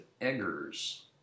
Eggers